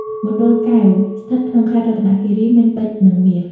មណ្ឌលកែវ ស្ថិតក្នុងខេត្តរតនគីរី មានពេជ្រនិងមាស។